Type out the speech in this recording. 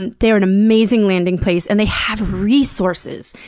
and they're an amazing landing place and they have resources.